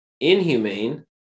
inhumane